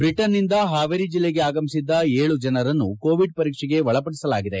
Britain ನಿಂದ ಹಾವೇರಿ ಜಿಲ್ಲೆಗೆ ಆಗಮಿಸಿದ್ದ ಏಳು ಜನರನ್ನು ಕೋವಿಡ್ ಪರೀಕ್ಷೆಗೆ ಒಳಪಡಿಸಲಾಗಿದೆ